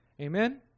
Amen